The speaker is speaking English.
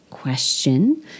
question